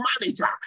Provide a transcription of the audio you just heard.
manager